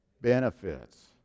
benefits